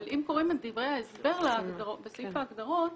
אבל אם קוראים את דברי ההסבר בסעיף ההגדרות